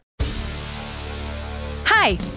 Hi